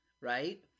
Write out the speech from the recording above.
right